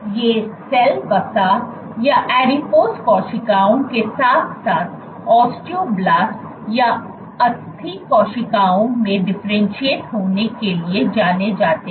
ये सेल वसा या ऑडीपोस कोशिकाओं के साथ साथ ऑस्टियोब्लास्ट या अस्थि कोशिकाओं में डिफरेंटशिएट होने के लिए जाने जाते हैं